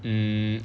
mm